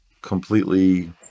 completely